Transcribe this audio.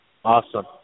Awesome